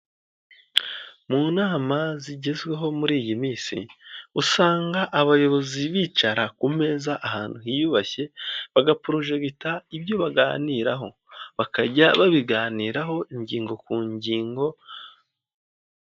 Mu nama zigezweho muri iyi minsi usanga abayobozi bicara ku meza ahantu hiyubashye, bagaporojekita ibyo baganiraho bakajya babiganiraho ingingo ku ngingo.